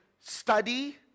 study